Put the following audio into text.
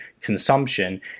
consumption